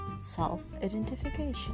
self-identification